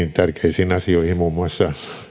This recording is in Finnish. tärkeisiin asioihin muun muassa